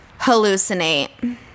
hallucinate